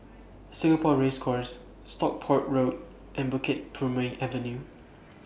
Singapore Race Course Stockport Road and Bukit Purmei Avenue